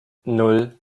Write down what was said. nan